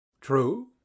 True